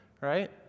right